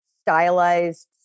stylized